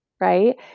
right